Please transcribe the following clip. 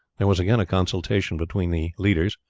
there was again a consultation between the leaders,